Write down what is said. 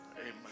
amen